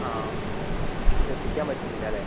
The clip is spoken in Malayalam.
ആ ശ്രദ്ധിക്കാൻ പറ്റുന്നില്ല അല്ലേ